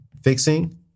fixing